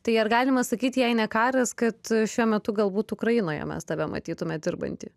tai ar galima sakyti jei ne karas kad šiuo metu galbūt ukrainoje mes tave matytume dirbantį